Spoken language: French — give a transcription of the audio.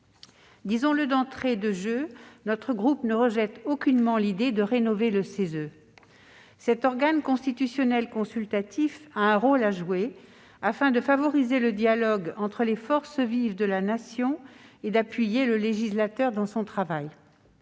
Disons-le d'entrée de jeu, notre groupe ne rejette aucunement l'idée de rénover le CESE. Cet organe constitutionnel consultatif a un rôle à jouer afin de favoriser le dialogue entre les forces vives de la Nation et d'appuyer le législateur dans son travail.